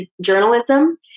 journalism